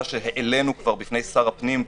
העלינו אותה בפני שר הפנים,